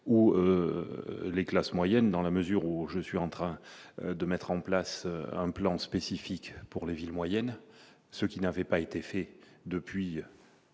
ou les classes moyennes, dans la mesure où je suis en train de mettre en place un plan spécifique pour les villes moyennes, ce qui n'avait pas été fait depuis.